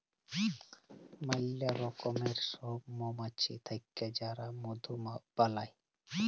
ম্যালা রকমের সব মমাছি থাক্যে যারা মধু বালাই